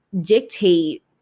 dictate